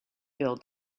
build